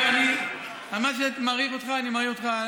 אמרתי שאני מעריך אותך, אני מעריך אותך.